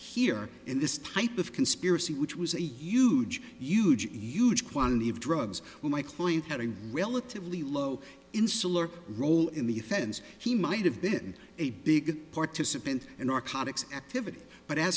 here in this type of conspiracy which was a huge huge huge quantity of drugs when my client had a relatively low insular role in the offense he might have been a big participant in our contacts activity but as